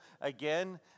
again